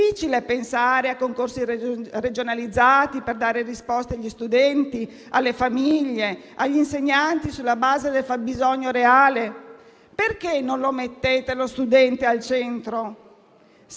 Perché non mettete lo studente al centro? Serve urgentemente un sistema di valutazione della formazione e del percorso scolastico, compreso quello degli insegnanti.